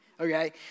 Okay